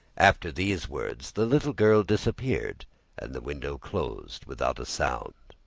after these words, the little girl disappeared and the window closed without a sound.